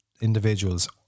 individuals